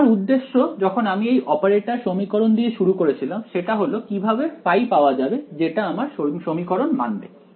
আমার উদ্দেশ্য যখন আমি এই অপারেটর সমীকরণ দিয়ে শুরু করেছিলাম সেটা হল কিভাবে পাওয়া যাবে যেটা আমার সমীকরণ মানবে